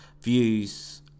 views